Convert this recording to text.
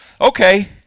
okay